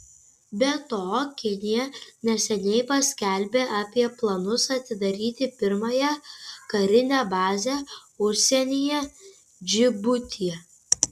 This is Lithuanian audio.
be to kinija neseniai paskelbė apie planus atidaryti pirmąją karinę bazę užsienyje džibutyje